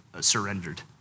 surrendered